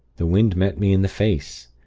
the wind met me in the face.